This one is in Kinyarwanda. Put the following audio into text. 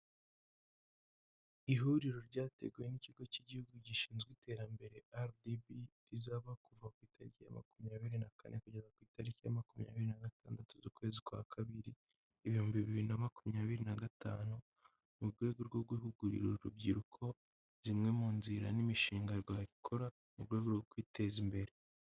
Ihuriro ryateguwe n'ikigo cy'igihugu gishinzwe iterambere RDB, rizaba kuva ku itariki ya makumyabiri na kane kugera ku itariki ya makumyabiri na gatandatu z'ukwezi kwa kabiri, ibihumbi bibiri na makumyabiri na gatanu, mu rwego rwo guhugurira urubyiruko zimwe mu nzira n'imishinga rwakora mu rwego rwo kwiteza imbere.